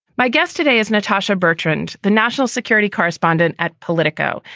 my guest today is natasha bertrand, the national security correspondent at politico.